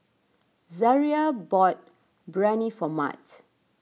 Zariah bought Biryani for Mat